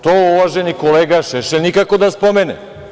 To uvaženi kolega Šešelj nikako da spomene.